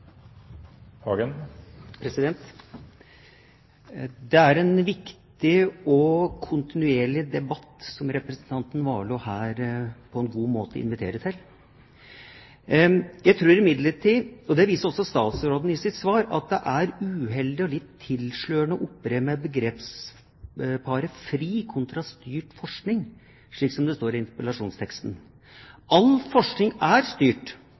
en viktig og kontinuerlig debatt som representanten Warloe her inviterer til på en god måte. Jeg tror imidlertid, og det viste også statsråden i sitt svar, at det er uheldig og litt tilslørende å operere med begrepsparet «fri» kontra «styrt» forskning, slik det står i interpellasjonsteksten. All forskning er styrt.